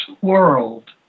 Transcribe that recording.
world